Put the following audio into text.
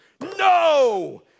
no